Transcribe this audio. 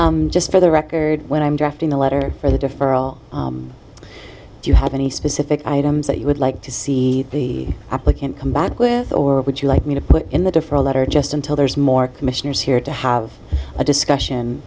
just for the record when i'm drafting a letter for the deferral do you have any specific items that you would like to see the applicant come back with or would you like me to put in the different letter just until there's more commissioners here to have a discussion